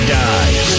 dies